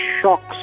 shocks